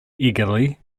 eagerly